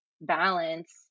balance